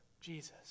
Jesus